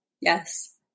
yes